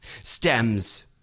stems